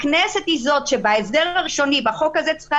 הכנסת היא זאת שבהסדר הראשוני בחוק הזה צריכה